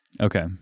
Okay